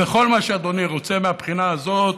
וכל מה שאדוני רוצה מהבחינה הזאת.